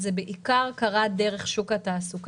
זה קרה בעיקר דרך שוק התעסוקה,